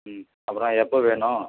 ம் அப்புறோம் எப்போ வேணும்